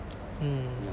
mm